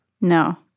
No